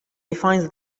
defines